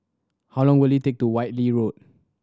how long will it take to Whitley Road